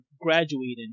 graduating